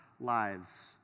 lives